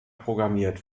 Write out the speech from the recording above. programmiert